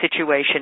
situation